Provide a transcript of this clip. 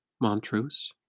Montrose